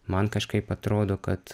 man kažkaip atrodo kad